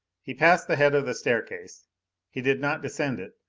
he passed the head of the staircase he did not descend it,